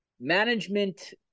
management